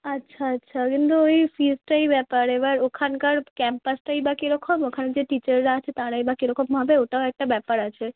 আচ্ছা আচ্ছা কিন্তু ওই ফিজটাই ব্যাপার এবার ওখানকার ক্যাম্পাসটাই বা কীরকম ওখানে যে টিচাররা আছে তারাই বা কীরকম হবে ওটাও একটা ব্যাপার আছে